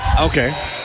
Okay